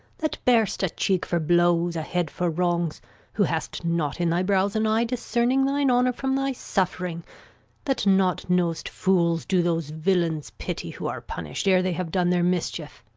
that bear'st a cheek for blows, a head for wrongs who hast not in thy brows an eye discerning thine honour from thy suffering that not know'st fools do those villains pity who are punish'd ere they have done their mischief.